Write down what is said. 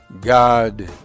God